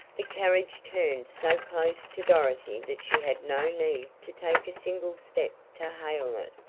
the carriage turned so close to dorothy that she had no need to take a single step to hail it.